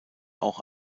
auch